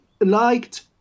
liked